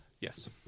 Yes